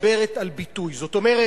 שמדברת על ביטוי, זאת אומרת